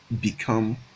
become